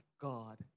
God